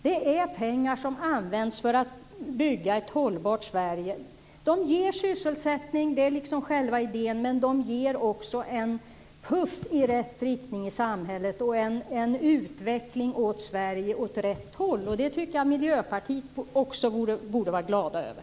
Det är pengar som används för att bygga ett hållbart Sverige. De ger sysselsättning - det är liksom själva idén - men de ger också puff i rätt riktning i samhället och en utveckling åt rätt håll i Sverige. Det tycker jag att också Miljöpartiet borde glädjas över.